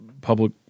public